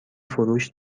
فروش